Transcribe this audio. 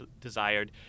desired